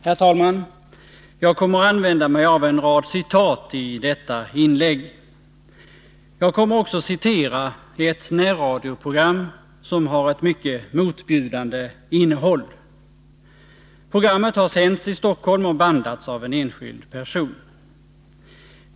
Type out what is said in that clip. Herr talman! Jag kommer att använda mig av en rad citat i detta inlägg. Jag kommer också att citera ett närradioprogram som har ett mycket motbjudande innehåll. Programmet har sänts i Stockholm och bandats av en enskild person.